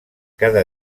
cada